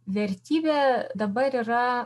vertybė dabar yra